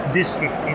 district